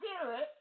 Spirit